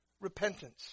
repentance